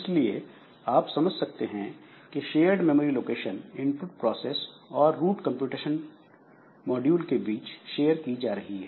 इसलिए आप समझ सकते हैं कि shared memory location input process और रूट कंप्यूटेशन मॉड्यूल के बीच शेयर की जा रही है